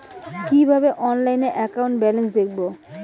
কিভাবে অনলাইনে account balance দেখবো?